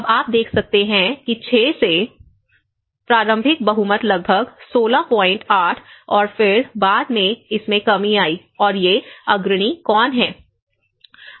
अब आप देख सकते हैं कि 6 से प्रारंभिक बहुमत लगभग 168 और फिर बाद में इसमें कमी आई और ये अग्रणी कौन हैं